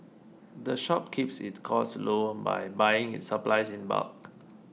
the shop keeps its costs low by buying its supplies in bulk